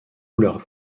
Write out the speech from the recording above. couleurs